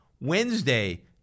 Wednesday